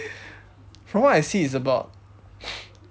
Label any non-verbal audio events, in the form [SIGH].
from what I see it's about [NOISE]